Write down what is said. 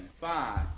five